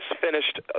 finished